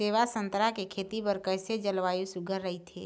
सेवा संतरा के खेती बर कइसे जलवायु सुघ्घर राईथे?